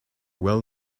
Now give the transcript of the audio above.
well